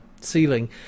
ceiling